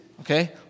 okay